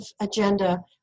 agenda